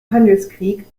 handelskrieg